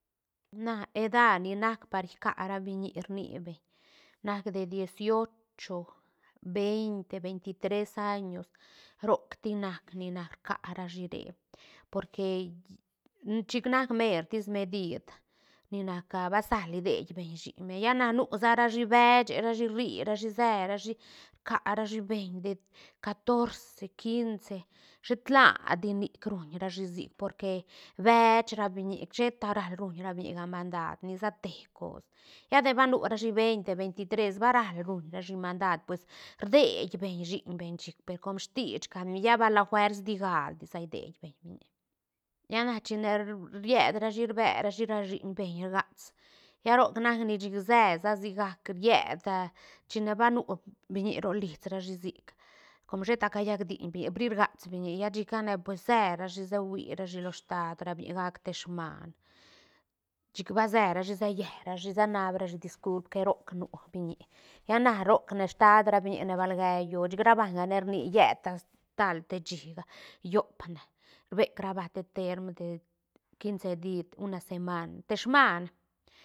Na eda ni nac par rca ra biñi rni beñ nac te dieciocho, veinte, veinti tres años rocti nac ni nac rca rashi re porquei chic nac mertis mediid ni nac a basal rdie beñ shiñ beñ lla na nu sa ra shi beche rashi rri rashi see rashi rca rashi beñ de catorce, quince shet la di nik ruñ rashi sic porque beech ra biñiga she ta ral ruñ ra biñiga mandaad ni sa te cos lla de ba nu ra shi veinte, veinti tres, baral ruñ rashi mandaad pues rdieed beñ shiñ beñ chic per coom stich cam lla bal la fuers digal di sa dieñ beñ biñi lla na chine ried rashi rbe rashi ra shiñbeñ rgacs lla roc nac ne chic sesa sigac ried a chine ba nu biñi ro lis rashi sic com sheta callac diiñ biñi ga bri rgacs biñiga lla chicane pues see rashi se hui rashi lo staat ra biñi gaac te smaan chic ba se rashi se lle rashi se nab rashi disculp que rooc nu biñi lla na roc ne staat biñi gane bal gee yo chic ra banga rni lletta stal de shiïga llopne rvec ra banga te teerm te quince dia una seman te smaan.